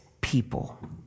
people